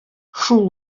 шул